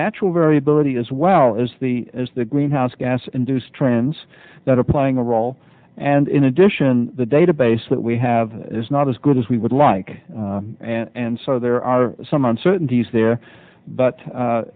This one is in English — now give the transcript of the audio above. natural variability as well is the is the greenhouse gas induced trends that are playing a role and in addition the database that we have is not as good as we would like and so there are some uncertainties there but